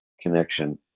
connection